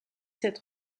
sept